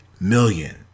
million